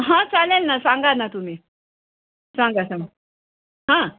हां चालेल ना सांगा ना तुम्ही सांगा सांगा हां